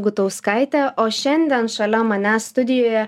gutauskaitė o šiandien šalia manęs studijoje